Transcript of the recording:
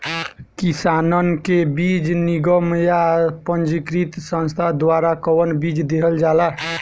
किसानन के बीज निगम या पंजीकृत संस्था द्वारा कवन बीज देहल जाला?